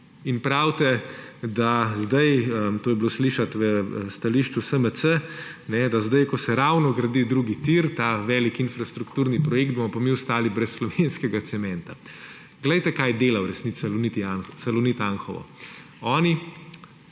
Pravite, da sedaj – to je bilo slišati v stališču SMC –, da sedaj, ko se ravno gradi drugi tir, ta velik infrastrukturni projekt, bomo pa mi ostali brez slovenskega cementa. Kaj dela v resnici Salonit Anhovo? Oni